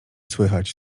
słychać